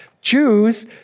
Jews